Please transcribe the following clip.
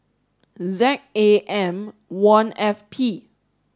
Z A M one F P